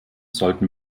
sollten